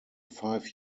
five